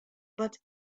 but